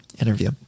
interview